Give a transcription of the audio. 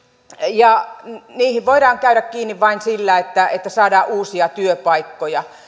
ja niihin voidaan käydä kiinni vain sillä että että saadaan uusia työpaikkoja